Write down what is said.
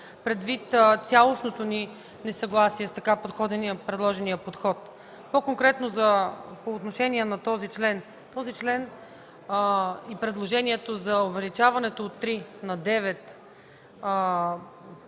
предвид цялостното ни несъгласие с така предложения подход. По-конкретно по отношение на този член. Този член и предложението за увеличаване от три на